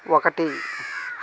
ఒకటి